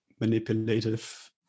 manipulative